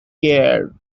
care